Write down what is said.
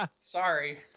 Sorry